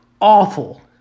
awful